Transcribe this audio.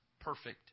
perfect